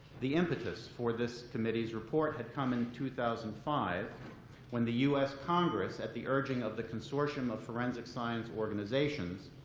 the impetus for this committee's report had come in two thousand and five when the us congress, at the urging of the consortium of forensic science organizations,